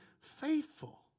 faithful